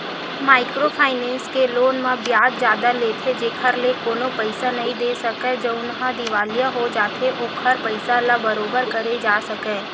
micro finance के loan म बियाज जादा लेथे जेखर ले कोनो पइसा नइ दे सकय जउनहा दिवालिया हो जाथे ओखर पइसा ल बरोबर करे जा सकय